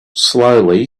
slowly